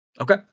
Okay